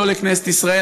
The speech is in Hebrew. לא לכנסת ישראל.